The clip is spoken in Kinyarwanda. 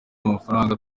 amafaranga